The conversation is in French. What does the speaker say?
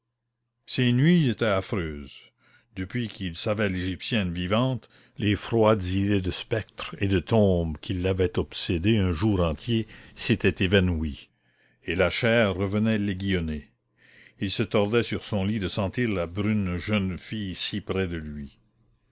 ses nuits étaient affreuses depuis qu'il savait l'égyptienne vivante les froides idées de spectre et de tombe qui l'avaient obsédé un jour entier s'étaient évanouies et la chair revenait l'aiguillonner il se tordait sur son lit de sentir la brune jeune fille si près de lui